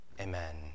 Amen